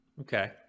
Okay